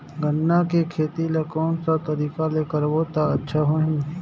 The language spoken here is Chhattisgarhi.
गन्ना के खेती ला कोन सा तरीका ले करबो त अच्छा होही?